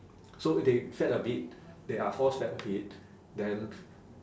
so they fed a bit they are force fed a bit then